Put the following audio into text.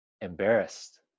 embarrassed